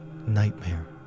nightmare